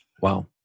Wow